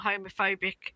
homophobic